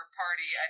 party